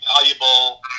valuable